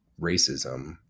racism